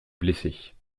blessés